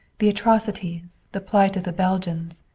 the atrocities, the plight of the belgians,